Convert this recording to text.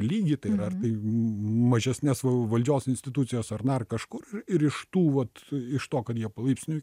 lygį tai yra mažesnės valdžios institucijos ar dar kažkur ir iš tų vat iš to kad jie palaipsniui